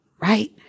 Right